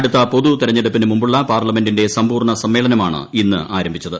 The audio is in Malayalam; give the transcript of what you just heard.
അടുത്ത പൊതു തിരഞ്ഞെടുപ്പിനു മുമ്പുള്ള പാർലമെന്റിന്റെ സമ്പൂർണ സമ്മേളനമാണ് ഇന്ന് ആരംഭിച്ചത്